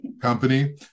company